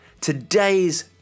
Today's